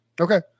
Okay